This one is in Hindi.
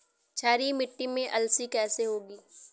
क्षारीय मिट्टी में अलसी कैसे होगी?